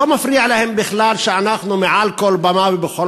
לא מפריע להם בכלל שאנחנו מעל כל במה ובכל